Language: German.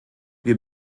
wir